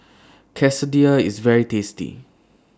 Quesadillas IS very tasty